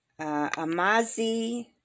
Amazi